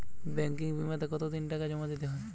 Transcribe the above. Banking বিমাতে কত দিন টাকা জমা দিতে হয়?